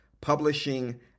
publishing